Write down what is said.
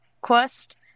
quest